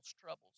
troubles